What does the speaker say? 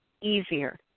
easier